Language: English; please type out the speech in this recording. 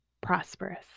prosperous